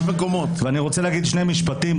אני רוצה להגיד שני משפטים.